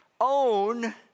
own